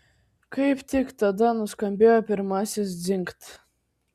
kaip tik tada nuskambėjo pirmasis dzingt